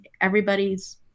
everybody's